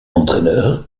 entraîneur